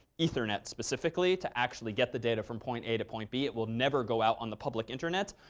ethernet specifically, to actually get the data from point a to point b. it will never go out on the public internet.